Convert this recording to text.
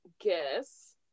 guess